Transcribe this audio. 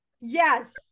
Yes